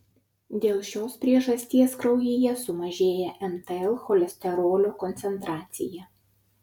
dėl šios priežasties kraujyje sumažėja mtl cholesterolio koncentracija